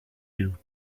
you